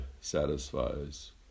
satisfies